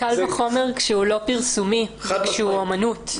וקל וחומר כשזה לא פרסומי, כשזה אומנות.